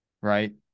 Right